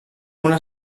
una